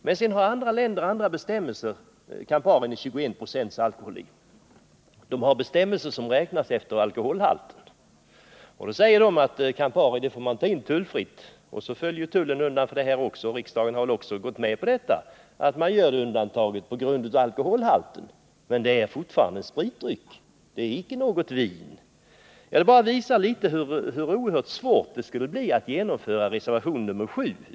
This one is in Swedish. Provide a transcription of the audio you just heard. Men sedan har andra länder andra bestämmelser, som grundar sig på alkoholhalten. Campari innehåller 21 20 alkohol, och enligt bestämmelserna i dessa länder får man ta in Campari tullfritt. Så föll den svenska tullen undan för det, och riksdagen har väl också gått med på att man gör detta undantag på grund av alkoholhalten. Men det är fortfarande en spritdryck — det är icke något vin. Med detta vill jag bara visa hur oerhört svårt det skulle bli att genomföra reservation 7.